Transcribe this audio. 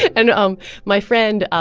and um my friend,